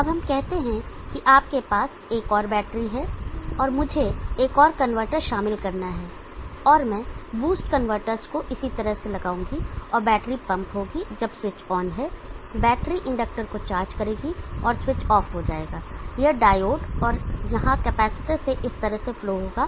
अब हम कहते हैं कि आपके पास एक और बैटरी है और मुझे एक और कनवर्टर शामिल करना है और मैं बूस्ट कन्वर्टर्स को इसी तरह से लगाऊंगा और बैटरी पंप होगी जब स्विच ऑन है बैटरी इंडक्टर को चार्ज करेगी और स्विच बंद हो जाएगा यह डायोड और यहां कैपेसिटर से इस तरह से फ्लो होगा